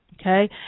okay